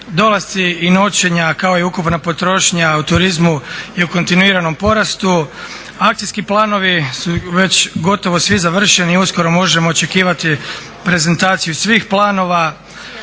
Dolasci i noćenja kao i ukupna potrošnja u turizmu su u kontinuiranom porastu. Akcijski planovi su gotovo već svi završeni, uskoro možemo očekivati prezentaciju svih planova.